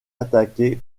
attaquer